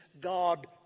God